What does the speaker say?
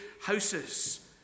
houses